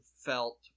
felt